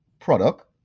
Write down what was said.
product